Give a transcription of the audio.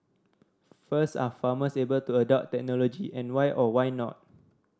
first are farmers able to adopt technology and why or why not